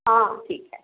हाँ ठीक है